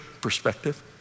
perspective